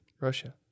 russia